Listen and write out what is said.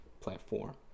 platform